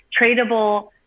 tradable